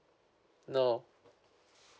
no